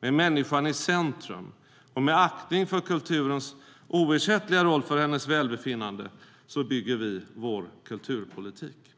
Med människan i centrum och med aktning för kulturens oersättliga roll för hennes välbefinnande bygger vi vår kulturpolitik.